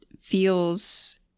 feels